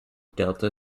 delta